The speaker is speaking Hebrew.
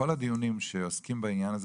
בכל הדיונים שעוסקים בעניין הזה,